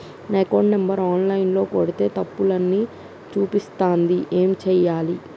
నా account number online ల కొడ్తే తప్పు అని చూపిస్తాంది ఏం చేయాలి?